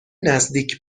نزدیک